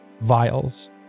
vials